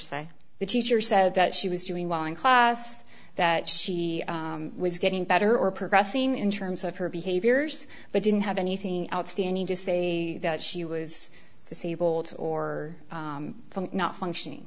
say the teacher said that she was doing well in class that she was getting better or progressing in terms of her behaviors but didn't have anything outstanding to say that she was disabled or not functioning